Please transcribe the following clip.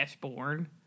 born